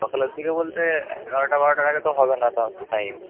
সকালের দিকে বলতে এগারোটা বারোটার আগে তো হবে না তাও টাইম